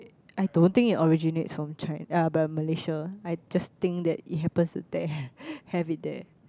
I don't think it originates from Chi~ uh Malaysia I just think that it happens there have it there